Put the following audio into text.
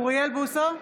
אוריאל בוסו,